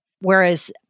whereas